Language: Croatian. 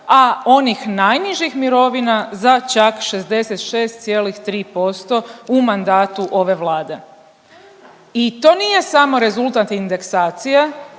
a onih najnižih mirovina za čak 66,3% u mandatu ove Vlade. I to nije samo rezultat indeksacije,